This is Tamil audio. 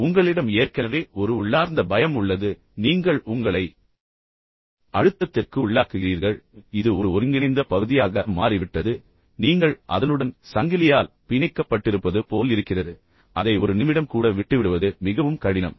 எனவே உங்களிடம் ஏற்கனவே ஒரு உள்ளார்ந்த பயம் உள்ளது நீங்கள் உங்களை அழுத்தத்திற்கு உள்ளாக்குகிறீர்கள் பின்னர் இது ஒரு ஒருங்கிணைந்த பகுதியாக மாறிவிட்டது பின்னர் நீங்கள் அதனுடன் சங்கிலியால் பிணைக்கப்பட்டிருப்பது போல் இருக்கிறது அதை ஒரு நிமிடம் கூட விட்டுவிடுவது மிகவும் கடினம்